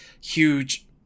huge